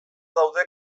daude